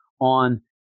on